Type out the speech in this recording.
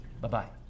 Bye-bye